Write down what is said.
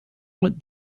what